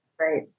Right